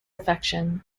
affections